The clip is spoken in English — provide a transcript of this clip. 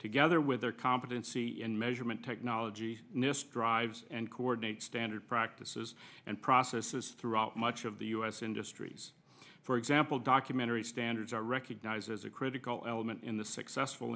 together with their competency in measurement technology nist drives and coordinate standard practices and processes throughout much of the u s industries for example documentary standards are recognized as a critical element in the successful